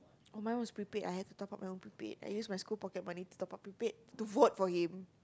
oh mine was prepaid I have to top up my own prepaid I use my school pocket money to top up prepaid to vote for him